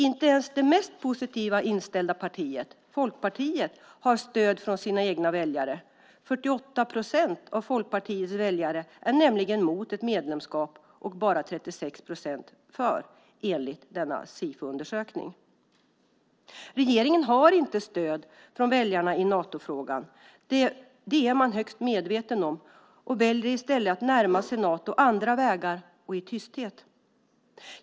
Inte ens det mest positivt inställda partiet, Folkpartiet, har stöd från sina egna väljare. 48 procent av Folkpartiets väljare är nämligen mot ett medlemskap och bara 36 procent för, enligt denna Sifoundersökning. Regeringen har inte stöd från väljarna i Natofrågan. Det är man högst medveten om och väljer i stället att närma sig Nato på andra vägar och i tysthet.